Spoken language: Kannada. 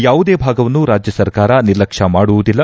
ಯಾವುದೇ ಭಾಗವನ್ನೂ ರಾಜ್ಯ ಸರಕಾರ ನಿರ್ಲಕ್ಷ್ಯ ಮಾಡುವುದಿಲ್ಲ